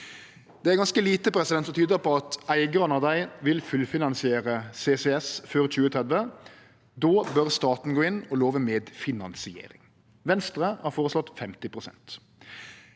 Det er ganske lite som tyder på at eigarane av dei vil fullfinansiere CCS før 2030. Då bør staten gå inn og love medfinansiering. Venstre har føreslått 50 pst.